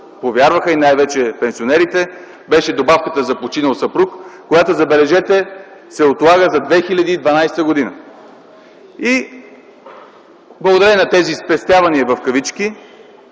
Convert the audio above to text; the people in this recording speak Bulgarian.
повярваха и най-вече пенсионерите, беше добавката за починал съпруг, която, забележете, се отлага за 2012 г. и благодарение на тези „спестявания”,